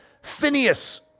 Phineas